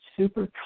super